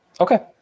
Okay